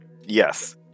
Yes